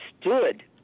stood